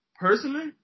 personally